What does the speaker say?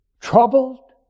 Troubled